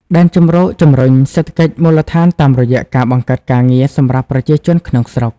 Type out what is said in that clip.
ដែនជម្រកជំរុញសេដ្ឋកិច្ចមូលដ្ឋានតាមរយៈការបង្កើតការងារ សម្រាប់ប្រជាជនក្នុងស្រុក។